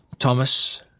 Thomas